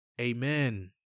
Amen